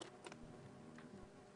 תודה רבה, הישיבה נעולה.